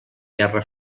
guerra